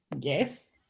Yes